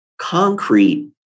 Concrete